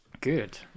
good